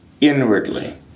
inwardly